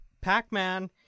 Pac-Man